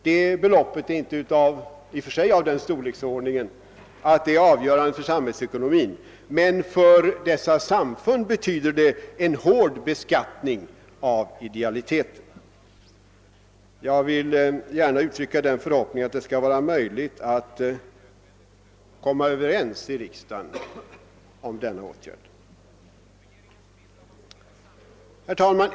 Detta belopp är icke av den storleksordningen att det är avgörande för samhällsekonomin, men för dessa samfund betyder det en hård beskattning av idealiteten. Jag vill uttrycka den förhoppningen att det skall vara möjligt att i riksdagen komma fram till ett samförstånd omkring den av mig föreslagna åtgärden.